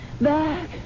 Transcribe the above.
back